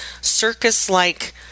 circus-like